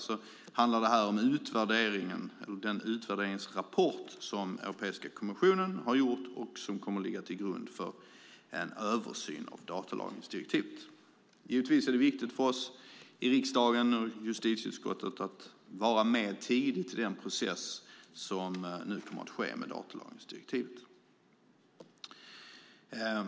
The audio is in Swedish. Nu handlar det om den utvärderingsrapport som Europeiska kommissionen har gjort och som kommer att ligga till grund för en översyn av datalagringsdirektivet. Givetvis är det viktigt för oss i riksdagen och justitieutskottet att vara med tidigt i den process som kommer att ske med datalagringsdirektivet.